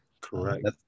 correct